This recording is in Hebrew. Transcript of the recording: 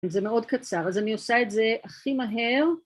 זה מאוד קצר, אז אני עושה את זה הכי מהר.